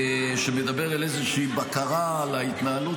שמדבר על איזושהי בקרה על ההתנהלות